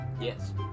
yes